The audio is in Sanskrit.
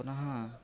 पुनः